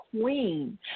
queen